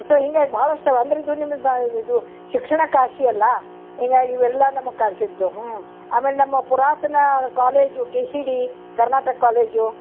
so ಹಿಂಗಾಗಿ ಭಾಳಷ್ಟು ಇವೆ ಅಂದ್ರೆ ಇದು ನಿಮ್ಗೆ ಇದು ಶಿಕ್ಷಣ ಕಾಶಿಯಲ್ವ ಹಿಂಗಾಗಿ ಇವೆಲ್ಲ ನಮಗೆ ಕಾಶಿದ್ದು ಹ್ಞೂ ಆಮೇಲೆ ನಮ್ಮ ಪುರಾತನ college K C D Karnataka college